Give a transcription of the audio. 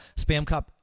SpamCop